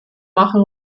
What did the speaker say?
machen